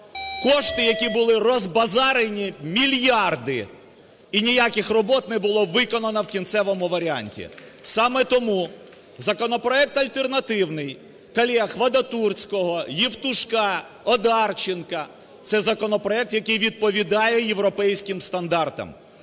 Кошти, які були розбазарені, мільярди – і ніяких робіт не було виконано в кінцевому варіанті. Саме тому законопроект альтернативний колег Вадатурського, Євтушка, Одарченка – це законопроект, який відповідає європейським стандартам,